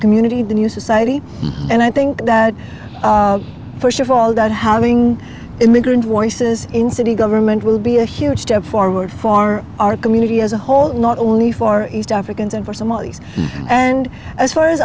community the new society and i think that first of all that having immigrant voices in city government will be a huge step forward for our community as a whole not only for east africans and for somalis and as far as